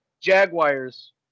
Jaguars